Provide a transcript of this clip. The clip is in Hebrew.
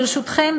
ברשותכם,